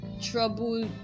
trouble